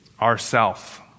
ourself